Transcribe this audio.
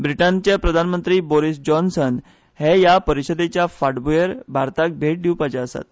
ब्रिटनाचे प्रधानमंत्री बोरीस जॉन्सन हे ह्या परिशदेचे फाटभुंयेर भारताक भेट दिवपाचे आसात